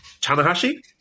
Tanahashi